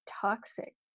toxic